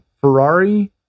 Ferrari